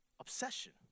obsession